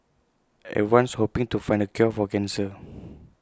everyone's hoping to find the cure for cancer